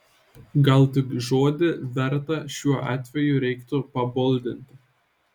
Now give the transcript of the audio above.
gal tik žodį verta šiuo atveju reiktų paboldinti